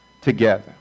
together